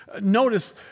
Notice